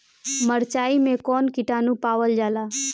मारचाई मे कौन किटानु पावल जाला?